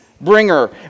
bringer